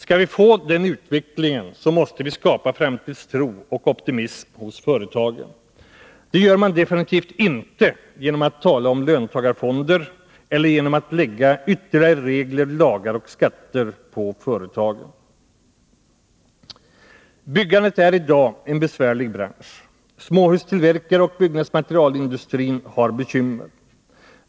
Skall vi få den utvecklingen, måste vi skapa framtidstro och optimism hos företagen. Det gör man definitivt inte genom att tala om löntagarfonder eller genom att lägga ytterligare regler, lagar och skatter på företagen. Byggandet är i dag en besvärlig bransch. Småhustillverkare och byggnadsmaterialindustri har bekymmer.